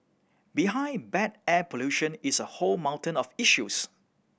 behind bad air pollution is a whole mountain of issues